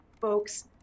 folks